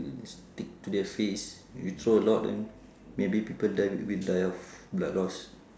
stick to their face if you throw a lot then maybe people die will die of blood loss